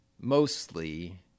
mostly